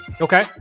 Okay